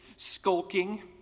skulking